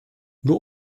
nur